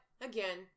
again